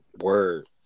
Word